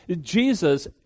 Jesus